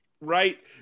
right